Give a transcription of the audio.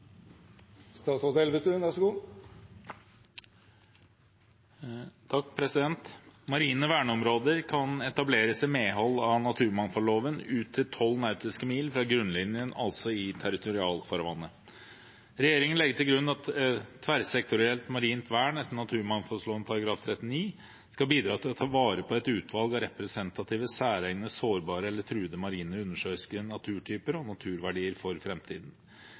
Marine verneområder kan etableres i medhold av naturmangfoldloven ut til tolv nautiske mil fra grunnlinjen, altså i territorialfarvannet. Regjeringen legger til grunn at tverrsektorielt marint vern etter naturmangfoldloven § 39 skal bidra til å ta vare på et utvalg av representative, særegne, sårbare eller truede marine undersjøiske naturtyper og naturverdier for